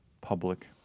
public